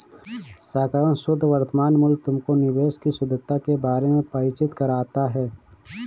सकारात्मक शुद्ध वर्तमान मूल्य तुमको निवेश की शुद्धता के बारे में परिचित कराता है